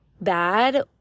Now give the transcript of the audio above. bad